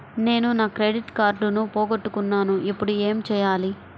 నేను నా క్రెడిట్ కార్డును పోగొట్టుకున్నాను ఇపుడు ఏం చేయాలి?